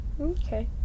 okay